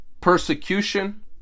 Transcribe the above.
persecution